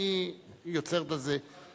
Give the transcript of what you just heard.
אני יוצר את הזה.